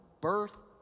birth